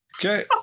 Okay